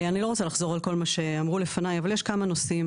אני לא רוצה לחזור על כל מה שאמרו לפניי אבל יש כמה נושאים.